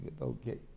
Okay